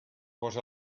post